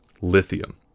lithium